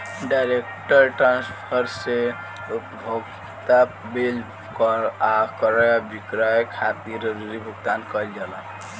direct transfer से उपभोक्ता bill कर आ क्रय विक्रय खातिर जरूरी भुगतान कईल जाला